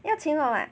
要请我 ah